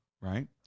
Right